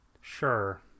Sure